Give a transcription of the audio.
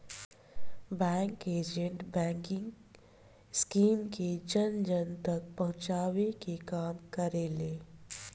bank agent banking scheme के जन जन तक पहुंचावे के काम करेले